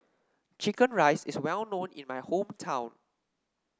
chicken rice is well known in my hometown